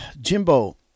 Jimbo